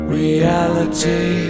reality